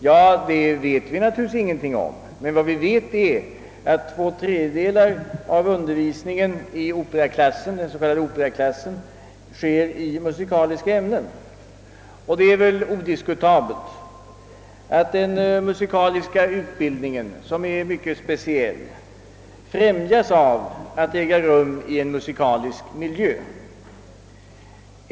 Ja, det vet vi naturligtvis ingenting om, men vad vi vet är, att två tredjedelar av undervisningen i den s.k. operaklassen sker i musikaliska ämnen, och det är väl odisputabelt att den musikaliska utbildningen, som är mycket speciell, främjas av att äga rum i en musikalisk miljö.